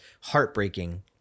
heartbreaking